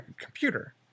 computer